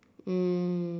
um